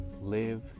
live